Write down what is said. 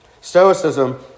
Stoicism